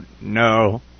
no